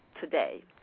today